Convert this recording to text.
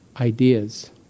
ideas